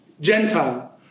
Gentile